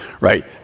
right